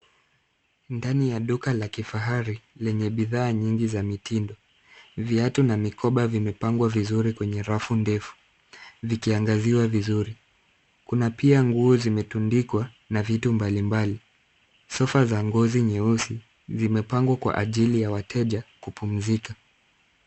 Ndani ya duka la kifahari lenye bidhaa nyingi za mitindo. Viatu na mikoba vimepangwa vizuri kwenye rafu ndefu vikiangaziwa vizuri. Kuna pia nguo zimetundikwa na vitu mbalimbali. Sofa za ngozi nyeusi zimepangwa kwa ajili ya wateja kupumzika.